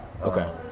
Okay